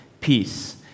peace